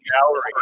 gallery